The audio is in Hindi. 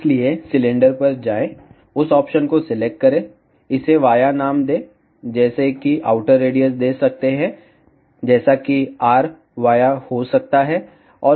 इसलिए सिलेंडर पर जाएं उस ऑप्शन को सिलेक्ट करें इसे वाया नाम दें जैसे कि आउटर रेडियस दे सकते हैं जैसा कि rvia हो सकता है